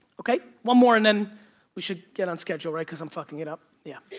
okay, one more and then we should get on schedule right, cause i'm fucking it up, yeah.